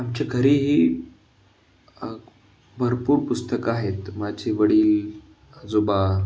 आमच्या घरीही भरपूर पुस्तकं आहेत माझे वडील आजोबा